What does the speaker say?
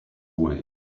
away